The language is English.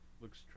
looks